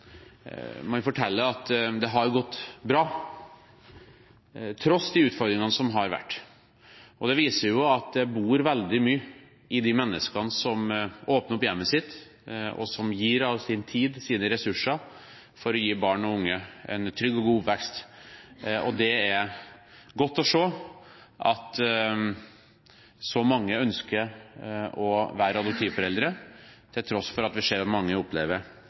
man forteller at det har gått bra, tross de utfordringene som har vært. Det viser at det bor veldig mye i de menneskene som åpner opp hjemmet sitt, og som gir av sin tid og sine ressurser for å gi barn og unge en trygg og god oppvekst. Det er godt å se at så mange ønsker å være adoptivforeldre til tross for at vi ser at mange opplever